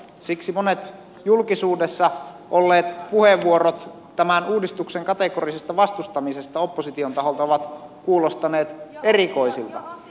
siksi monet julkisuudessa olleet puheenvuorot tämän uudistuksen kategorisesta vastustamisesta opposition taholta ovat kuulostaneet erikoisilta